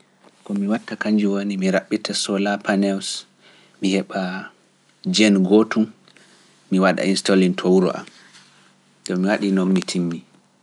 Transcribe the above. ko mi watta kanjun woni mi rabbita solar panels, mi heba injinwel hiite gotel, to mi wadi non kam haala timmi